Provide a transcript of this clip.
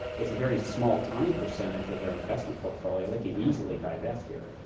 it's a very small, tiny percentage of their investment portfolio. they could easily divest here.